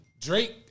Drake